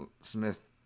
Smith